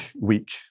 week